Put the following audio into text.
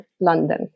London